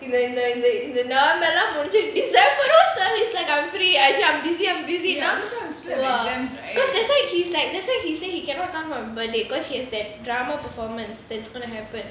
in the in the in the முடிச்சி:mudichi like I'm free actually I'm busy I'm busy na~ !wah! that's why he's like that's why he say he cannot come but they because she has that drama performance that's going to happen